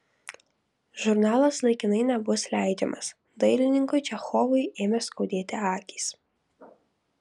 žurnalas laikinai nebus leidžiamas dailininkui čechovui ėmė skaudėti akys